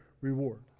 reward